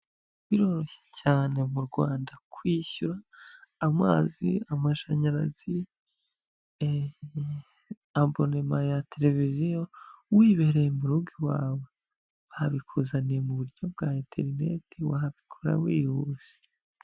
Biroroshye cyane mu Rwanda kwishyura amazi, amashanyarazi, abonema ya televiziyo wibereye mu rugo iwawe, babikuzaniye muburyo bwa interineti wabikora wihuse.